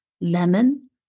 lemon